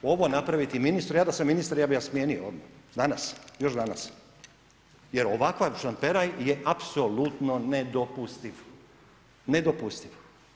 Ovo napraviti ministru, ja da sam ministar ja bih ga smijenio odmah danas, još danas jer ovakav šlamperaj je apsolutno nedopustiv.